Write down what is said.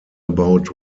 about